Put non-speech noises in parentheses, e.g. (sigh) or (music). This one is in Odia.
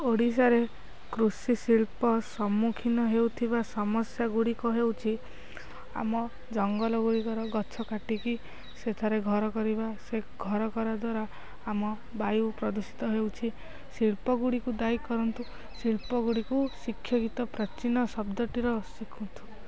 ଓଡ଼ିଶାରେ କୃଷି ଶିଳ୍ପ ସମ୍ମୁଖୀନ ହେଉଥିବା ସମସ୍ୟା ଗୁଡ଼ିକ ହେଉଛି ଆମ ଜଙ୍ଗଲ ଗୁଡ଼ିକର ଗଛ କାଟିକି ସେଥିରେ ଘର କରିବା ସେ ଘର କରା ଦ୍ୱାରା ଆମ ବାୟୁ ପ୍ରଦୂଷିତ ହେଉଛି ଶିଳ୍ପ ଗୁଡ଼ିକୁ ଦାୟୀ କରନ୍ତୁ ଶିଳ୍ପଗୁଡ଼ିକୁ (unintelligible) ପ୍ରାଚୀନ ଶବ୍ଦଟିର (unintelligible)